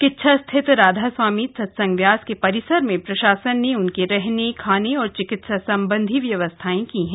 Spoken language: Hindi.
किच्छा स्थित राधा स्वामी सत्संग व्यास के परिसर में प्रशासन ने उनके रहने खाने और चिकित्सा संबंधी व्यवस्थाएं की हैं